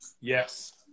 Yes